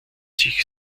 sich